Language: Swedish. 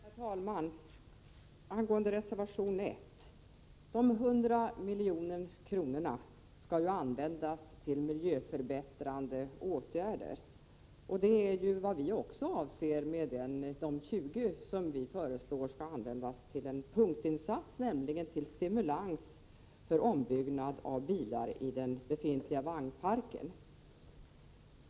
Herr talman! Angående reservation 1: De 100 miljoner kronorna skall ju användas till miljöförbättrande åtgärder, och det är vad vi också avser med de 20 miljoner som vi föreslår skall användas till en punktinsats, nämligen till stimulans för ombyggnad av bilar i den befintliga vagnparken.